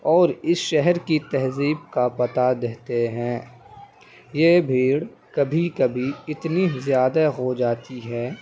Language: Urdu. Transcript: اور اس شہر کی تہذیب کا پتا دیتے ہیں یہ بھیڑ کبھی کبھی اتنی زیادہ ہو جاتی ہے